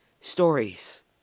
stories